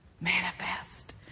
manifest